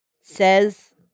says